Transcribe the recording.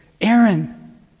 Aaron